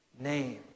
name